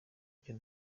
icyo